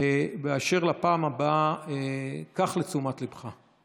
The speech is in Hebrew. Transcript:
באשר לפעם הבאה, קח לתשומת ליבך.